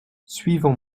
suivant